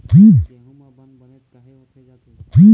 गेहूं म बंद बनेच काहे होथे जाथे?